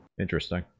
Interesting